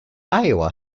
iowa